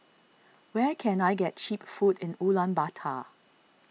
where can I get Cheap Food in Ulaanbaatar